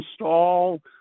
install